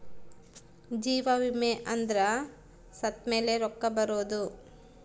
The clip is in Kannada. ಜೀವ ವಿಮೆ ಅಂದ್ರ ಸತ್ತ್ಮೆಲೆ ರೊಕ್ಕ ಬರೋದು